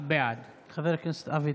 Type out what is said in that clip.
בעד אבי